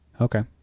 Okay